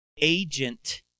agent